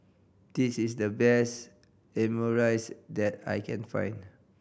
this is the best Omurice that I can find